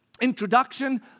introduction